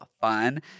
fun